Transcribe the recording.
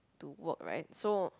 to work right so